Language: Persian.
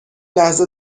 لحظه